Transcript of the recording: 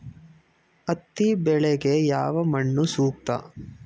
ಹತ್ತಿ ಬೆಳೆಗೆ ಯಾವ ಮಣ್ಣು ಸೂಕ್ತ?